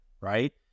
right